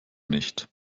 nicht